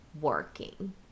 working